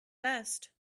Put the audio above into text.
best